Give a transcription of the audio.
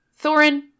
Thorin